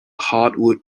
hardwood